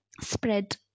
spread